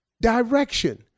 direction